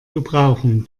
gebrauchen